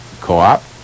Co-op